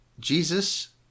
Jesus